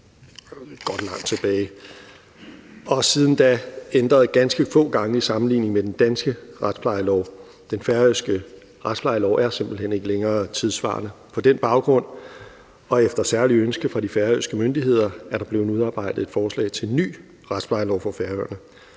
og siden da ændret ganske få gange i sammenligning med den danske retsplejelov. Den færøske retsplejelov er simpelt hen ikke længere tidssvarende. På den baggrund og efter særligt ønske fra de færøske myndigheder er der blevet udarbejdet et forslag til en ny retsplejelov for Færøerne.